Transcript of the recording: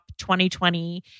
2020